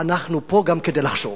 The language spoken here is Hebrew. אנחנו פה גם כדי לחשוב.